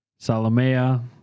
Salomea